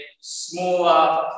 smaller